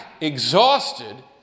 Exhausted